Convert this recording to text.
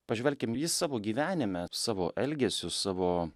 pažvelkim jis savo gyvenime savo elgesiu savo